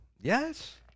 Yes